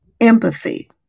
empathy